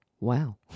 Wow